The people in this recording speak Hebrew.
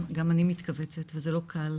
גם אני מתכווצת וזה לא קל,